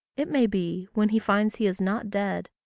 it may be, when he finds he is not dead,